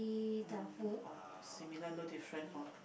um or similar no different hor